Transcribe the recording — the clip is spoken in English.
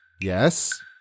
Yes